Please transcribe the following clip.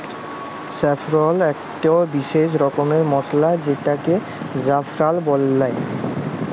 saffron ইকট বিসেস রকমের মসলা যেটাকে জাফরাল বল্যে